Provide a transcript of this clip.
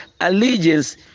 Allegiance